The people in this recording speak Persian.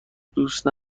دوست